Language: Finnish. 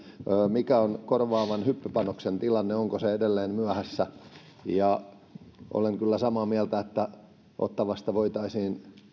mikä on korvaavan hyppypanoksen tilanne onko se edelleen myöhässä olen kyllä samaa mieltä että ottawasta voitaisiin